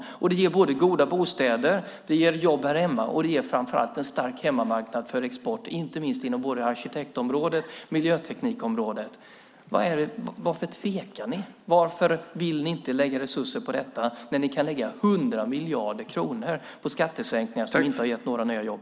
Det skulle ge både goda bostäder, jobb här hemma och framför allt en stark hemmamarknad för export inte minst inom både arkitektområdet och miljöteknikområdet. Varför tvekar ni? Varför vill ni inte lägga resurser på detta när ni kan lägga 100 miljarder kronor på skattesänkningar som inte har gett några nya jobb?